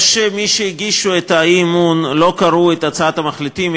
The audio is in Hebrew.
או שמי שהגישו את האי-אמון לא קראו את הצעת המחליטים,